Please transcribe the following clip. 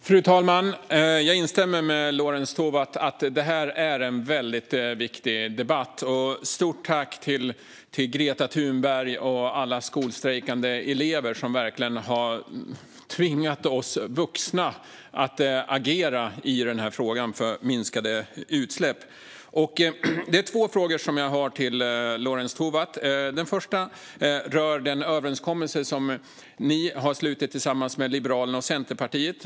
Fru talman! Jag instämmer med Lorentz Tovatt i att detta är en väldigt viktig debatt. Stort tack till Greta Thunberg och alla skolstrejkande elever, som verkligen har tvingat oss vuxna att agera i frågan om minskade utsläpp! Jag har två frågor till Lorentz Tovatt. Den första rör den överenskommelse som ni har slutit med Liberalerna och Centerpartiet.